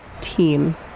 team